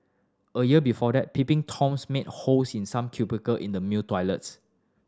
a year before that peeping Toms made holes in some cubicle in the male toilets